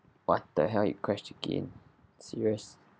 what the hell you crashed again serious